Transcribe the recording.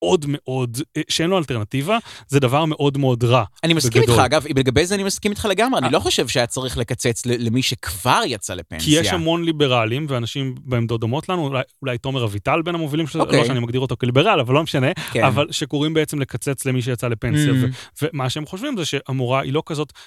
מאוד מאוד, שאין לו אלטרנטיבה, זה דבר מאוד מאוד רע. אני מסכים איתך, אגב, בגבי זה אני מסכים איתך לגמרי, אני לא חושב שאת צריכה לקצץ למי שכבר יצא לפנסיה. כי יש המון ליברליים ואנשים בעמדות דומות לנו, אולי תומר אביטל בין המובילים, לא שאני מגדיר אותו כליברל, אבל לא משנה, אבל שקוראים בעצם לקצץ למי שיצא לפנסיה. ומה שהם חושבים זה שאמורה, היא לא כזאת...